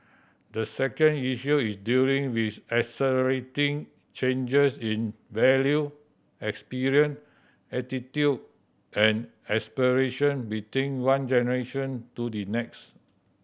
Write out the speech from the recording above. the second issue is dealing with accelerating changes in value experience attitude and aspiration between one generation to the next